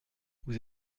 vous